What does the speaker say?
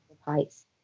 heights